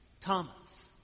Thomas